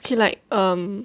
feel like um